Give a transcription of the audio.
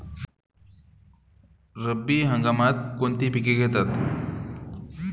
रब्बी हंगामात कोणती पिके घेतात?